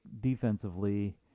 defensively